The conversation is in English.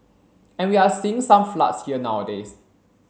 and we are seeing some floods here nowadays